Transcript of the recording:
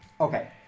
Okay